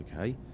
okay